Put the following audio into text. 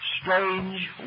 strange